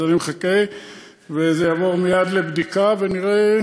אז אני מחכה וזה יעבור מייד לבדיקה, ונראה